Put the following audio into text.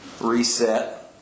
reset